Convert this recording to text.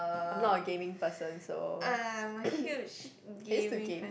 I'm not a gaming person so I used to game